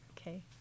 Okay